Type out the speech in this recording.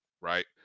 right